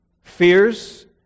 fears